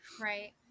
Right